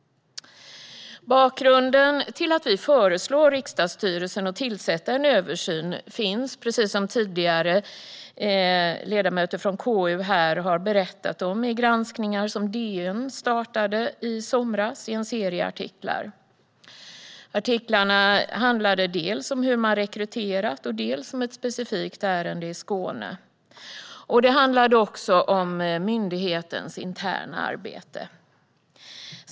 Bakgrunden till att vi föreslår riksdagsstyrelsen att tillsätta en utredning för att göra en översyn finns, precis som ledamöter på KU här tidigare har berättat om, i granskningar som DN startade i somras i en serie artiklar. Artiklarna handlade dels om hur man rekryterat, dels om ett specifikt ärende i Skåne. Det handlade också om myndighetens interna arbete.